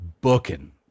booking